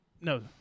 No